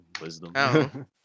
Wisdom